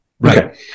right